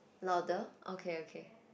louder okay okay